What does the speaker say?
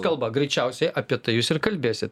kalba greičiausiai apie tai jūs ir kalbėsit